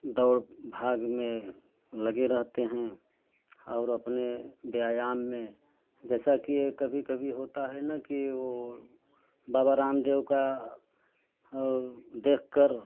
दौड़ भाग में लगे रहते हैं और अपने व्यायाम में जैसा कि कभी कभी होता है न के वह बाबा रामदेव का और देखकर